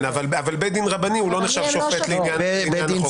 אבל בבית דין רבני הוא לא נחשב שופט לעניין החוק הזה.